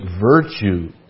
virtue